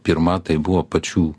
pirma tai buvo pačių